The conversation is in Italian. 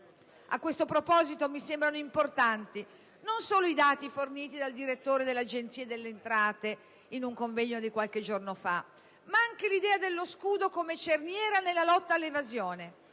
A tal proposito, mi sembrano importanti non solo i dati forniti dal direttore dell'Agenzia delle entrate in un convegno di qualche giorno fa, ma anche l'idea dello scudo come cerniera nella lotta all'evasione,